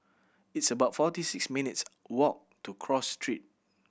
it's about forty six minutes' walk to Cross Street